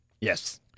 Yes